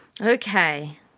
Okay